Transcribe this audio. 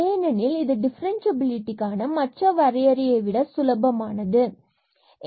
ஏனெனில் இது டிஃபரன்ஸ்சியபிலிடிக்கான மற்ற வரையறையை விட சுலபமானது ஆகும்